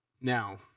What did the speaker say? Now